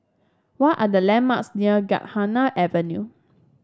what are the landmarks near Gymkhana Avenue